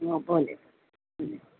હા ભલે